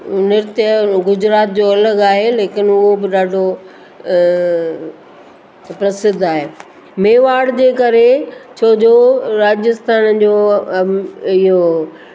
नृत गुजरात जो अलॻि आहे लेकिनि हो ॾाढो प्रसिद्ध आहे मेवाड़ जे करे छोजो राजस्थान जो इहो